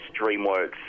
dreamworks